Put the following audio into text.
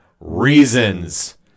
Reasons